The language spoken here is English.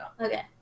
Okay